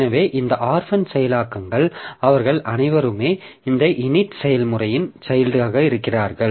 எனவே இந்த ஆர்ஃபன் செயலாக்கங்கள் அவர்கள் அனைவரும் இந்த init செயல்முறையின் சைல்ட்டாக இருக்கிறார்கள்